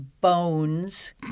Bones